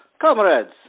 Comrades